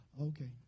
Okay